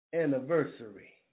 anniversary